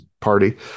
party